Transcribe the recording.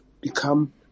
become